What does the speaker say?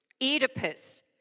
Oedipus